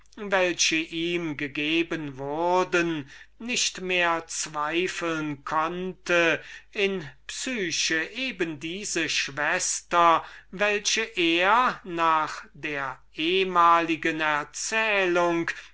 welche ihm gegeben wurden nicht mehr zweifeln konnte in psyche eine schwester welche er nach der ehmaligen erzählung